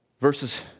Verses